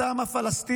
היא בת העם הפלסטיני,